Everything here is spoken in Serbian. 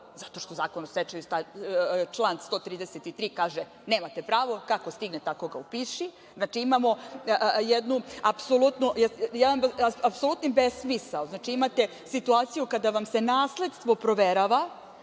zato što Zakon o stečaju, član 133. kaže - nemate pravo, kako stigne tako ga upiši. Znači, imamo jedan apsolutni besmisao. Imate situaciju kada vam se nasledstvo proverava